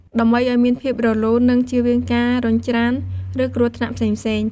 ដើម្បីឱ្យមានភាពរលូន និងជៀសវាងការរុញច្រាន ឬគ្រោះថ្នាក់ផ្សេងៗ។